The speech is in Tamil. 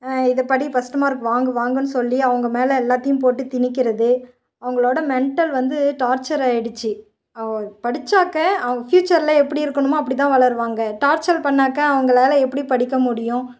இதை படி ஃபஸ்ட்டு மார்க் வாங்கு வாங்குன்னு சொல்லி அவங்க மேல் எல்லாத்தையும் போட்டு திணிக்கிறது அவங்களோட மெண்டல் வந்து டார்ச்சர் ஆயிடுச்சு படிச்சாக்க அவன் ஃபியூச்சரில் எப்படி இருக்கணுமோ அப்படிதான் வளருவாங்க டார்ச்சல் பண்ணிணாக்கா அவங்களால் எப்படி படிக்க முடியும்